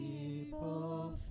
people